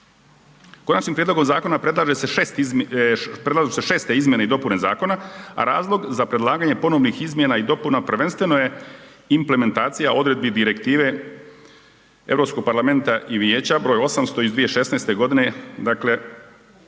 Konačnim prijedlogom zakona predlažu se 6. izmjene i dopune zakona, a razlog za predlaganje ponovnih izmjena i dopuna prvenstveno je implementacija odredbi Direktive EU parlamenta i Vijeća br. 800 iz 2016. godine, dakle